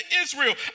Israel